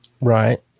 Right